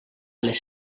les